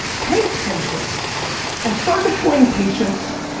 pay attention and start deploying patience.